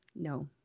no